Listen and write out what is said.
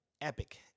Epic